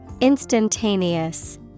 Instantaneous